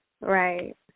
right